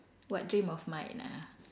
what dream of mine ah